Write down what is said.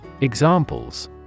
Examples